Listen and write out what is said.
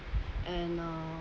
and uh